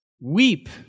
Weep